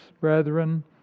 Brethren